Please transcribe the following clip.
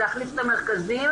לתקצב את המרכזים,